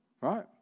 Right